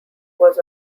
was